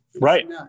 Right